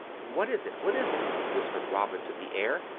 what is it? what is it? whispered robin to the air,